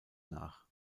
nach